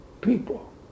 people